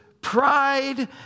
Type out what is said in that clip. pride